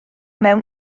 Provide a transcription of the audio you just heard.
mewn